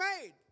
made